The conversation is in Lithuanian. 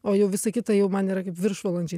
o jau visa kita jau man yra kaip viršvalandžiai